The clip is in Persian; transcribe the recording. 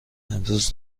امروز